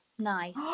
nice